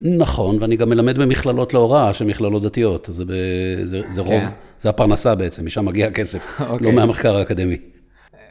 נכון, ואני גם מלמד במכללות להוראה, שהן מכללות דתיות, אז זה רוב, זה הפרנסה בעצם, משם מגיע הכסף, לא מהמחקר האקדמי.